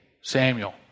Samuel